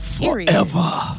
Forever